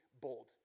bold